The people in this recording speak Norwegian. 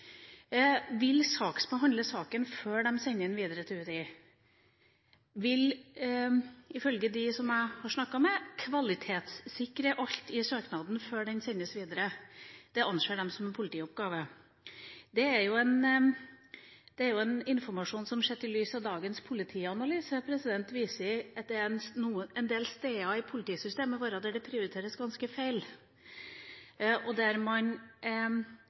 vil behandle saken før man sender den videre til UDI. Man vil, ifølge dem som jeg har snakket med, kvalitetssikre alt i søknaden før den sendes videre – det anser de som en politioppgave. Det er en informasjon som, sett i lys av dagens politianalyse, viser at det er en del steder i politisystemet vårt der det prioriteres ganske feil, og der man